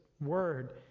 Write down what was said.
word